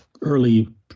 early